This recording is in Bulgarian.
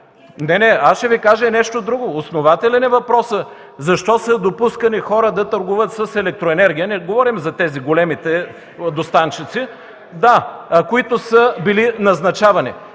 Не, не. Аз ще Ви кажа и нещо друго. Основателен е въпросът защо са допускани хора да търгуват с електроенергия – не говорим за тези големите доставчици (шум и реплики) – да, които са били назначавани.